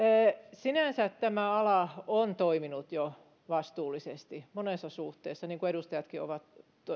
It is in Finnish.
sinänsä tämä ala on jo toiminut vastuullisesti monessa suhteessa niin kuin edustajatkin ovat